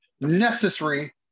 necessary